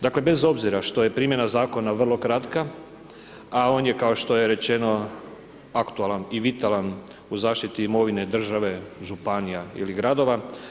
Dakle, bez obzira što je primjena Zakona vrlo kratka, a on je kao što je rečeno, aktualan i vitalan u zaštiti imovine države, županija ili gradova.